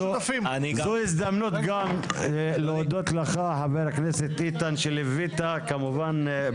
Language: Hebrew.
זאת הזדמנות להודות לך חבר הכנסת איתן גינזבורג שליווית את הנושא,